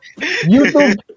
YouTube